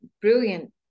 brilliant